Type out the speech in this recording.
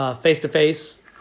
face-to-face